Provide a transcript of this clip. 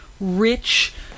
rich